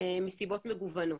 מסיבות מגוונות.